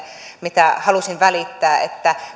minkä halusin välittää että